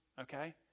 okay